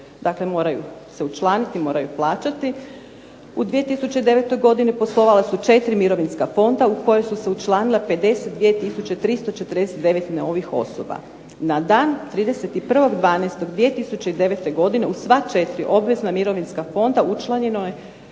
Dakle, moraju se učlaniti, moraju plaćati. U 2009. godini poslovala su 4 mirovinska fonda u koje su se učlanile 52349 novih osoba. Na dan 31.12.2009. godine u sva četiri obvezna mirovinska fonda učlanjeno je